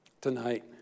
tonight